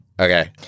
Okay